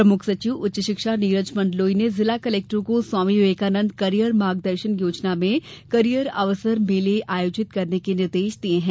प्रमुख सचिव उच्च शिक्षा नीरज मण्डलोई ने जिला कलेक्टरों को स्वामी विवेकानंद कॅरियर मार्गदर्शन योजना में कॅरियर अवसर मेले आयोजित करने के निर्देश दिये है